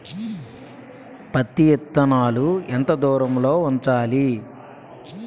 పత్తి విత్తనాలు ఎంత దూరంలో ఉంచాలి?